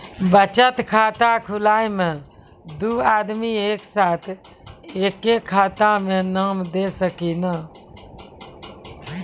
बचत खाता खुलाए मे दू आदमी एक साथ एके खाता मे नाम दे सकी नी?